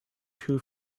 two